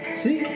see